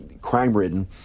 crime-ridden